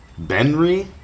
Benry